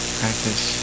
practice